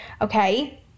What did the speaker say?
okay